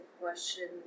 question